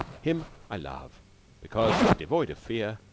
him i love because he is devoid of fear,